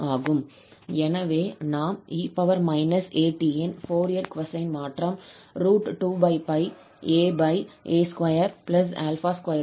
எனவே நாம் 𝑒−𝑎𝑡 இன் ஃபோரியர் கொசைன் மாற்றம் 2 aa22 க்கு சமம்